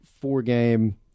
four-game